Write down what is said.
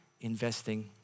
investing